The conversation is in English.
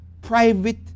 private